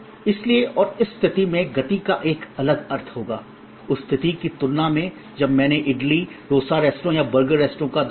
इसलिए और उस स्थिति में गति का एक अलग अर्थ होगा उस स्थिती की तुलना मे जब मैने ईडली डोसा रेस्तरां या बर्गर रेस्तरां का दौरा किया